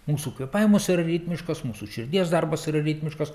mūsų kvėpavimas yra ritmiškas mūsų širdies darbas yra ritmiškas